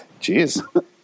jeez